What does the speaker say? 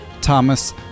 Thomas